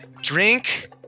Drink